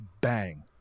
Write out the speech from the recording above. bang